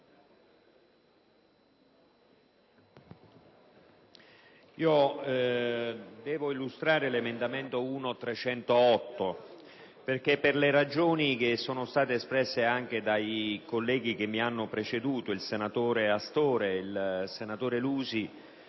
illustro l'emendamento 1.308 perché, per le ragioni che sono state espresse anche dai colleghi che mi hanno preceduto, i senatori Astore e Lusi,